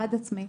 בעד עצמי.